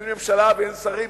אין ממשלה ואין שרים,